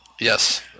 Yes